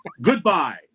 goodbye